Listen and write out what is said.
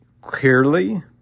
clearly